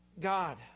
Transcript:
God